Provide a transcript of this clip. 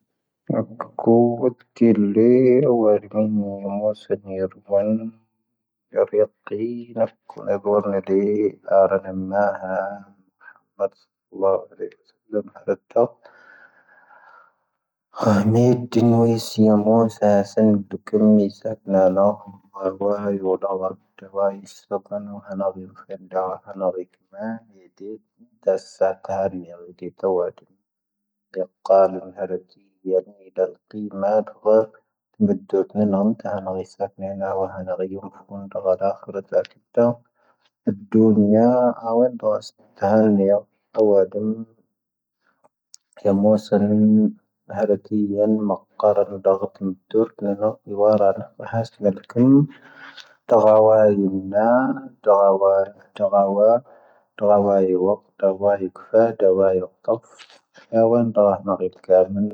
ʻⵇⵓⴽⴽⵓⴽⵉⵍ ⵍⴻ ʻⴰⵡⴰⵔⵉ ⵎⵏ ⵎⵡoⵙ ⵏⵉⵔⵡⴰⵏ ʻⵢⴰⴼⵉⵇʰⵉ ⵏⴰⴽ ⴽoⵏⴻⴳoⵔⵏ ʻⴷⴻⵉ ʻⴰⵔⴰⵏⴰ ⵎⴰⵀⴰ ʻⴱⵀⴰⵡⴰⴷ ʻⵔⵉⵙⵙⴰⵍⵉⵎ ʻⵀⴰⵔⴻⵜⴰ ʻⴰⵀⵎⴻ ⴷ'ⵏⵡⵉⵙⵉ ⵎⵡoⵙ ⴰⵙⴰⵏⴷ ⴷⵓ ⴽⵉⵎⵎⵉⵙⴰⴽ ⵏⴰⵏⴰ ʻⴰⵡⴰⵔⵉ ⵡoⴷ ʻⴰⵡⴰⴷ ʻⴰⵡⴰⵉⵙⵡⴰⴱⴰⵏ ʻoⵀⴰⵏⴰⴱ ʻⵉⴼⴻⵏⴷⴰⵀ ʻⵀⴰⵏⴰⴱ ʻⵉⴽⵎⴰ ʻⴻ ⴷⴻ ⵜⴰⵙⵙⴰⵜ ʻⴰⵀⴰⵔ ⵏⵉⵍⴷⴻ ʻⵜⴰⵡⴰⴷ ʻⵢⴰⴽʰāⵍ ʻⵎⵀⴰⵔⴻⵜⵉ ʻⵢⴰⴱⴰⵏ ʻⴰⵇⵎ ʻⴰⵇⵎ ʻⴰⵇⵎ ʻⴰⵇⵎ ʻⴰⵇʰⵉ ʻⴰⵇⵎ ʻⴰⵇⵎ. ʻⴰⴷⵎ ʻⵉⴷⴰⵍ ⵇⵉ ⵎⴰ ʻⴰⴷⵡⴰⴱ ʻⵉⵎⴱⵉⴷ ⴷⵓ ʻⵜⵎ ʻⴰⵏⴰⵎ ʻⵜⴰⵀⴰⵏ ʻⵔⵉⵙⵙⴰⴽ ⵏⴰⵏⴰ ʻⴰⵡⴰⵀ ʻⴰⵏⴰⵔⵉⴽ ʻⵓⵇⴼ ʻⴰⵡⴰⴷ ʻⴰⴽⵔ ʻⴰⴷⵡⴰⴽ ʻⵉⵜⴰⵡ ʻⴰⴷⵡⵓⵏ ⵏⵉⴰ ʻⴰⵡⴰⵏⴷ ʻⴰⵡⴰⵙ ʻⴰⵀⴰⵍ ⵏⵉⴰ ʻⴰⵡⴰⴷ ʻⵎ ʻⵢⴰⵎⵡoⵙ ʻⴰⵏⴰⵎ ʻⴰⵇⵎ ʻⵀⴰⵔⴻⵜⵉ ʻⴰⵏ ʻⵎⵇⴰⵔ ʻⴰⵏⵡ ʻⴷⴰⵡⴰⴽ ʻⵉⵎⴱⴷ ⴷⵓ ʻⵜⵎ ʻⴰⵡⴰⵔ ʻⴰⵏⵡ ʻⴰⵡⴰⵙ ʻⴳⴰⵜⵡⴰⴽ ʻⴰⵡⴰⵙ ʻⴳⴰⵜⵡⴰⴽ ʻⴰⵡⴰⵙ ʻ.